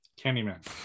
Candyman